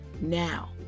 now